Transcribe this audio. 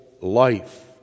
life